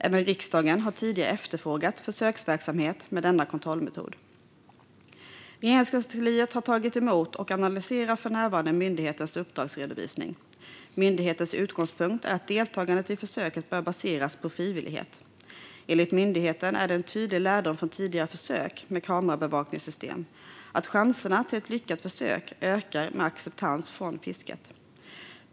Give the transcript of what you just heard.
Även riksdagen har tidigare efterfrågat försöksverksamhet med denna kontrollmetod. Regeringskansliet har tagit emot och analyserar för närvarande myndighetens uppdragsredovisning. Myndighetens utgångspunkt är att deltagande i försöket bör baseras på frivillighet. Enligt myndigheten är det en tydlig lärdom från tidigare försök med kamerabevakningssystem att chanserna till ett lyckat försök ökar med acceptans från fisket.